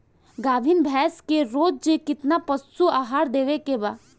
गाभीन भैंस के रोज कितना पशु आहार देवे के बा?